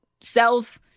self